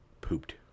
pooped